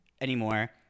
anymore